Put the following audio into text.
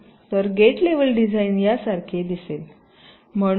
तर gate level design यासारखे दिसेल